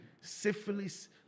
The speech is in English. syphilis